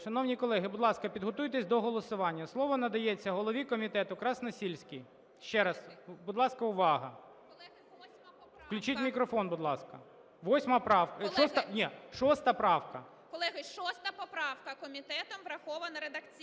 Шановні колеги, будь ласка, підготуйтеся до голосування. Слово надається голові комітету Красносільській. Ще раз, будь ласка, увага! Включіть мікрофон, будь ласка. 8 правка…